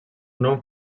nom